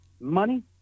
money